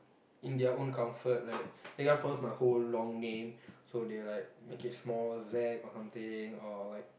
in their own comfort like they can't pronounce my whole long name so they like make it small Zac or something or like